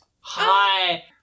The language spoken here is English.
Hi